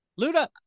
Luda